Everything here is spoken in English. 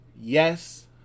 yes